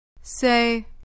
Say